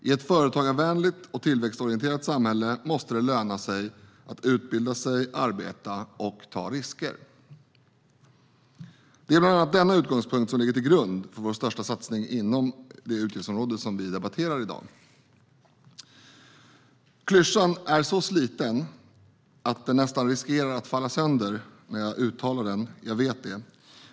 I ett företagarvänligt och tillväxtorienterat samhälle måste det löna sig att utbilda sig, arbeta och ta risker." Det är bland annat denna utgångspunkt som ligger till grund för vår största satsning inom det utgiftsområde som vi debatterar i dag. Klyschan är så sliten att den nästan riskerar att falla sönder när jag uttalar den; jag vet det.